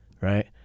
right